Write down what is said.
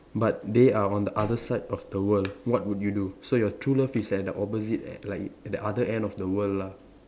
but they are on the other side of the world what would you do so your true love is at the opposite at like at the other end of the world lah